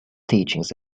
teachings